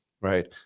right